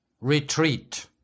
retreat